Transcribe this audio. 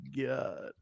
god